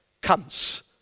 comes